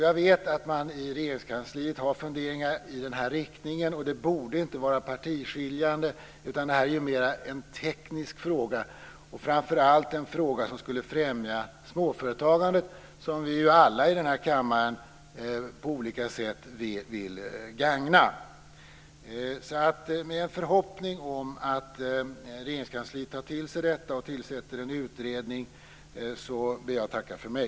Jag vet att man i Regeringskansliet har funderingar i denna riktning, och det borde inte vara partiskiljande, utan detta är mer en teknisk fråga och framför allt en fråga som skulle främja småföretagandet som vi alla i denna kammare på olika sätt vill gagna. Med en förhoppning om att Regeringskansliet tar till sig detta och tillsätter en utredning så ber jag att få tacka för mig.